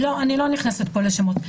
לא, אני לא נכנסת פה לשמות.